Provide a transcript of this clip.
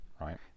right